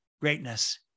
greatness